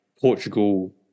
Portugal